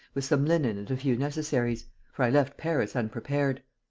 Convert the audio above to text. with some linen and a few necessaries for i left paris unprepared.